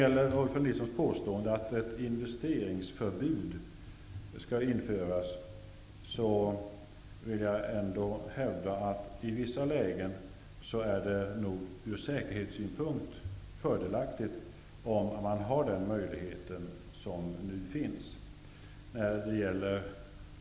Rolf L Nilson påstår att ett investeringsförbud skall införas. Jag vill då ändå hävda att det nog i vissa lägen är ur säkerhetssynpunkt fördelaktigt om man har den möjlighet som nu finns.